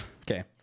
okay